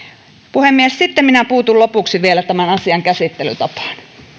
puhemies sitten minä puutun lopuksi vielä tämän asian käsittelytapaan